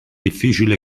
difficili